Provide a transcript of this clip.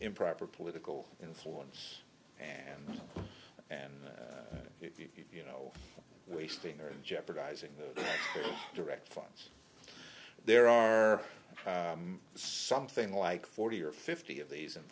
improper political influence and and you know wasting and jeopardizing direct funds there are something like forty or fifty of these in